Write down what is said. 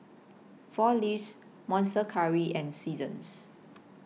four Leaves Monster Curry and Seasons